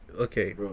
okay